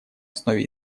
основе